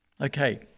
Okay